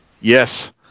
yes